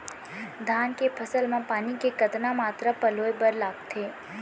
धान के फसल म पानी के कतना मात्रा पलोय बर लागथे?